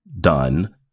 done